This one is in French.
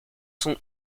sont